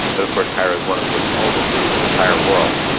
but of course paris is one of the oldest cities in the entire world,